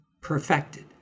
perfected